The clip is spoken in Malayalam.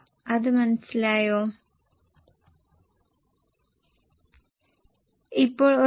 സാധാരണ വിൽപ്പന വില എന്തായിരിക്കുമെന്ന് നമുക്ക് സാങ്കൽപ്പികമായി നോക്കാം